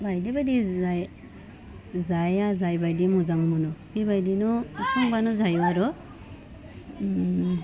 बायदि बायदि जाय जायहा जायबायदि मोजां मोनो बेबायदिनो संबानो जायो आरो